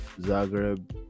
Zagreb